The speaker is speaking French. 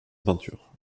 peinture